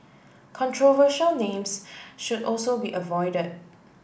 controversial names should also be avoided